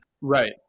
Right